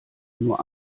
nur